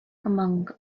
among